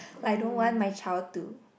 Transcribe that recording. I don't want my child to